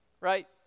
right